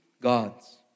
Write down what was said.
gods